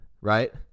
right